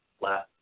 last